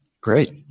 Great